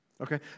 Okay